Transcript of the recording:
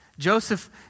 Joseph